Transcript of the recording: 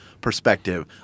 perspective